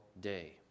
day